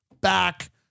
back